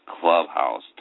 Clubhouse